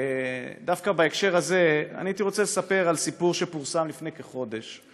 דווקא בהקשר הזה אני הייתי רוצה לספר על סיפור שפורסם לפני כחודש,